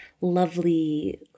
lovely